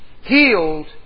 healed